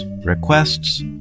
requests